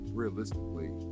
realistically